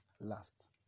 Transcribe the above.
last